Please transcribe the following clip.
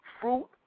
Fruit